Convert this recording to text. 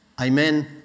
Amen